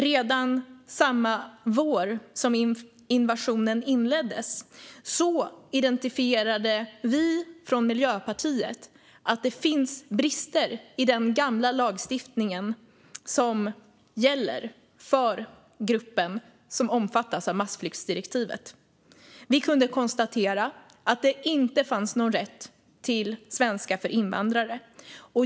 Redan samma vår som invasionen inleddes identifierade vi i Miljöpartiet att det finns brister i den gamla lagstiftning som gäller för den grupp som omfattas av massflyktsdirektivet. Vi kunde konstatera att det inte fanns någon rätt till svenska för invandrare.